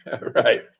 Right